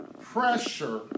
pressure